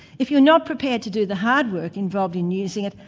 if you're not prepared to do the hard work involved in using it,